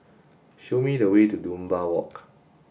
show me the way to Dunbar Walk